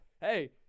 hey